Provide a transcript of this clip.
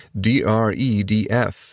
DREDF